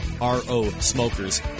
R-O-Smokers